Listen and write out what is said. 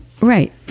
Right